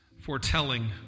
foretelling